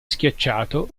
schiacciato